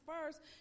first